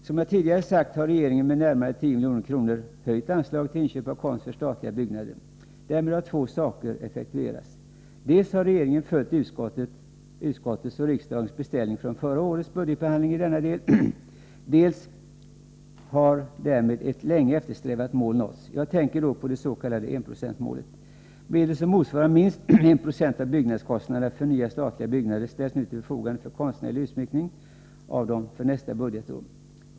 Som jag tidigare sagt har regeringen med närmare 10 milj.kr. höjt anslaget för inköp av konst till statliga byggnader. Därmed har två beställningar effektuerats: dels har regeringen följt utskottets och riksdagens beställning från förra årets budgetbehandling i denna del, dels har därmed ett länge eftersträvat mål nåtts; jag tänker då på det s.k. enprocentsmålet. Medel som motsvarar minst 196 av byggnadskostnaderna för nya statliga byggnader ställs nu till förfogande för konstnärlig utsmyckning av dessa byggnader för nästa budgetår.